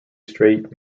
straight